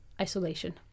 isolation